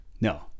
no